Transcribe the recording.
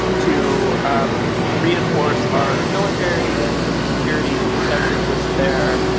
to um reinforce our military and sort of security and defence interests there,